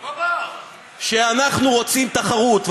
אנחנו רוצים תחרות,